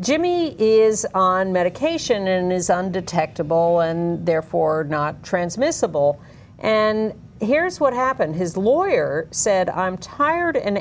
jimmy is on medication and is undetectable and therefore not transmissible and here's what happened his lawyer said i'm tired and